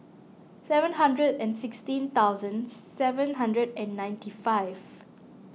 seven hundred and sixteen thousand seven hundred and ninety five